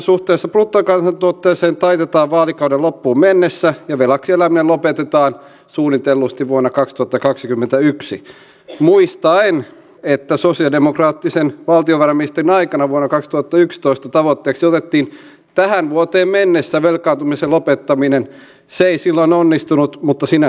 itsekin holhoustoimen lakimiehenä olen huomannut että henkilöille on tarvinnut määrätä taloudellisia asioita varten edunvalvoja ja sitten on tarvittu vielä laajentava määräys koska päämies itse jolla on edunvalvoja kieltää sen että hänen tietojaan saisi pyytää terveydenhoidon henkilökunnalta